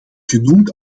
genoemd